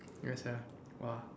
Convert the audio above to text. ya sia